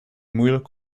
moeilijk